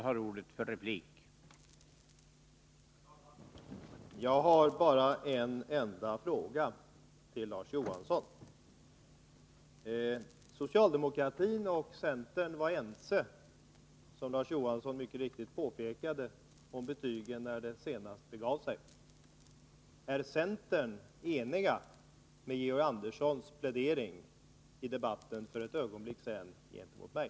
Herr talman! Jag har bara en enda fråga till Larz Johansson. Socialdemokratin och centern var, som Larz Johansson mycket riktigt påpekade, ense om betygen när det senast begav sig. Är ni i centern ense med Georg Andersson i hans plädering för ett ögonblick sedan gentemot mig?